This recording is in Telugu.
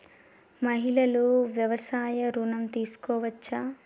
మహిళలు వ్యవసాయ ఋణం తీసుకోవచ్చా?